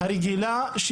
הרגילה,